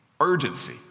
Urgency